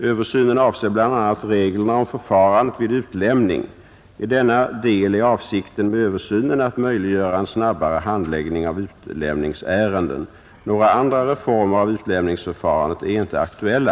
Översynen avser bl.a. reglerna om förfarandet vid utlämning. I denna del är avsikten med översynen att möjliggöra en snabbare handläggning av utlämningsärenden. Några andra reformer av utlämningsförfarandet är inte aktuella.